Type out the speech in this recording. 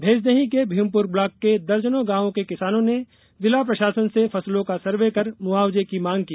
भैंसदेही के भीमपुर ब्लॉक के दर्जनों गांवों के किसानों ने जिला प्रशासन से फसलों का सर्वे कर मुआवजे की मांग की